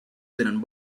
tenen